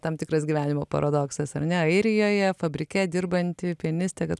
tam tikras gyvenimo paradoksas ar ne airijoje fabrike dirbanti pianistė kad